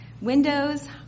Windows